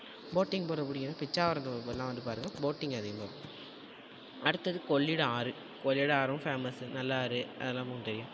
boating போகக்கூடியவங்க பிச்சாவரத்துலலாம் வந்து பாருங்கள் போட்டிங் அதிகமாக இருக்கும் அடுத்தது கொள்ளிடம் ஆறு கொள்ளிடம் ஆறும் ஃபேமஸு நல்ல ஆறு அதெல்லாம் உங்களுக்கு தெரியும்